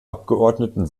abgeordneten